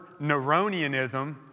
Neronianism